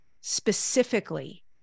specifically